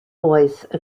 voice